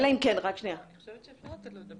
אני חושבת שאפשר לתת לו לדבר.